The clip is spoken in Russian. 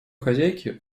хозяйки